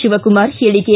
ಶಿವಕುಮಾರ ಹೇಳಿಕೆ